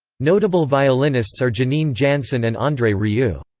notable violinists are janine jansen and andre rieu.